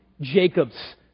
Jacob's